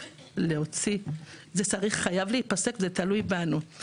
זה חייב להיפסק, זה תלוי בנו.